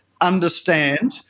understand